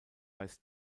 weist